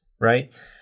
right